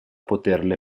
poterle